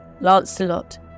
Lancelot